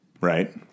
right